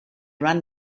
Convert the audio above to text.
run